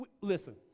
Listen